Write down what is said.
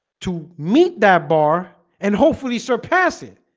to meet that bar and hopefully surpass it,